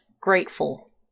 grateful